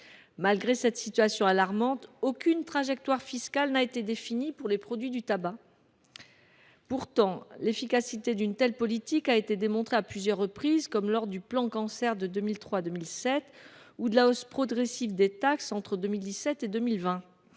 Malgré cette situation alarmante, aucune trajectoire fiscale claire n’a été définie pour les produits de tabac. Pourtant, l’efficacité d’une telle politique a été démontrée à plusieurs reprises, comme lors du premier plan Cancer, entre 2003 et 2007, ou à l’occasion de la hausse progressive des taxes entre 2017 et 2020.